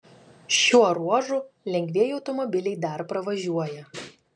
šiuo ruožu lengvieji automobiliai dar pravažiuoja